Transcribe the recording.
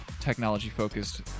technology-focused